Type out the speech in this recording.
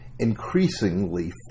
increasingly